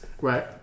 Right